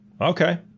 okay